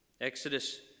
Exodus